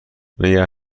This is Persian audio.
نگه